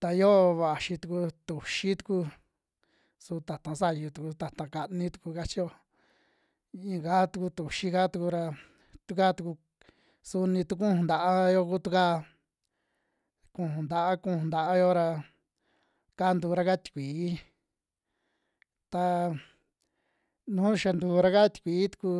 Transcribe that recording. ta yoo vaxi tuku tuxii tuku su ta'ata sayu tuku, ta'ta kani tuku kachio yaka tuku tuxii'ka tuku ra, tu kaa tuku su ni tu kuju ntaayo ku tu'ka nuju ntaa, nuju ntaayo ra ka ntura'ka tikui ta nu xia ntura'ka tikui tuku.